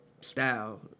style